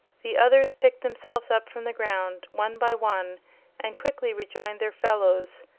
the others picked themselves up from the ground one by one and quickly rejoined their fellows,